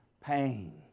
pain